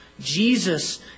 Jesus